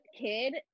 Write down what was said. kid